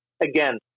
again